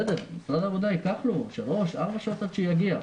למשרד העבודה ייקח 4-3 שעות עד שיגיע.